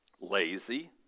lazy